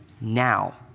now